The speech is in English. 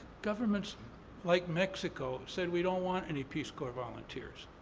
governments like mexico said, we don't want any peace corps volunteers.